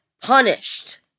punished